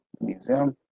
Museum